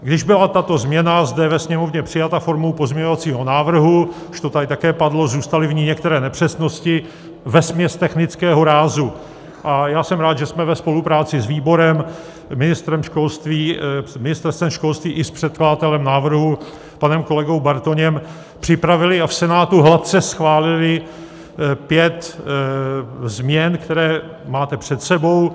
Když byla tato změna zde ve Sněmovně přijata formou pozměňovacího návrhu, už to tady také padlo, zůstaly v ní některé nepřesnosti, vesměs technického rázu, a já jsem rád, že jsme ve spolupráci s výborem, ministrem školství, Ministerstvem školství i s předkladatelem návrhu panem kolegou Bartoněm připravili a v Senátu hladce schválili pět změn, které máte před sebou.